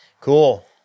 Cool